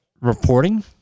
reporting